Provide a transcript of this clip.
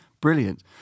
brilliant